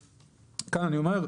כאן אני אומר,